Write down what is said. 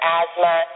asthma